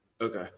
Okay